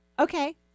Okay